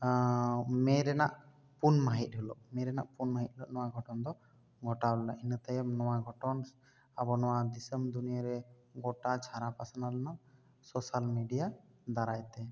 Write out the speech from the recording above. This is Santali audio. ᱢᱮ ᱨᱮᱱᱟᱜ ᱯᱩᱱ ᱢᱟᱹᱦᱤᱛ ᱦᱤᱞᱚᱜ ᱢᱮ ᱨᱮᱱᱟᱜ ᱯᱩᱱ ᱢᱟᱹᱦᱤᱛ ᱦᱤᱞᱚᱜ ᱱᱚᱣᱟ ᱜᱷᱚᱴᱚᱱ ᱫᱚ ᱜᱷᱚᱴᱟᱣ ᱞᱮᱱᱟ ᱤᱱᱟᱹ ᱛᱟᱭᱚᱢ ᱱᱚᱣᱟ ᱜᱷᱚᱴᱚᱱ ᱟᱵᱚ ᱱᱚᱣᱟ ᱫᱤᱥᱚᱢ ᱫᱩᱱᱤᱭᱟᱹ ᱨᱮ ᱜᱚᱴᱟ ᱪᱷᱟᱨᱟ ᱯᱟᱥᱱᱟᱣ ᱞᱮᱱᱟ ᱥᱚᱥᱟᱞ ᱢᱤᱰᱤᱭᱟ ᱫᱟᱨᱟᱭ ᱛᱮ